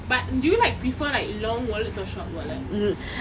but do you like prefer like long wallets or short wallets